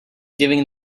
giving